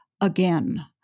again